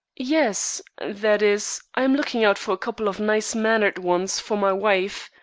yes that is, i am looking out for a couple of nice-mannered ones for my wife.